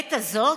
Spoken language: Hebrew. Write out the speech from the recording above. בעת הזאת,